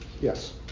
Yes